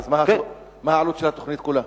מה העלות של התוכנית כולה?